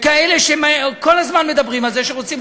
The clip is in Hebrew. עם כאלה שכל הזמן מדברים על זה שהם רוצים,